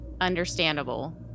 understandable